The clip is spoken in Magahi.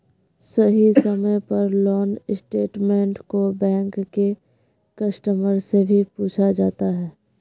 सही समय पर लोन स्टेटमेन्ट को बैंक के कस्टमर से भी पूछा जाता है